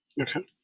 Okay